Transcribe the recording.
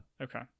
okay